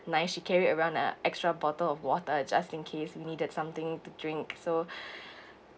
nice she carried around a extra bottles of water just in case you needed something to drink so